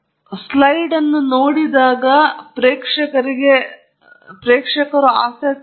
ಆದ್ದರಿಂದ ಉದಾಹರಣೆಗೆ ನಾನು ಸರಳವಾಗಿ ಓದಿದ್ದಲ್ಲಿ ಪರೀಕ್ಷಾ ಸೌಲಭ್ಯದ ಮೇಲೆ ಏಕೈಕ ಕೋಶಗಳ ಸ್ಕೇಲ್ ಅನ್ನು ಪ್ರದರ್ಶಿಸುವುದು ಮುಖ್ಯವಾಗಿದೆ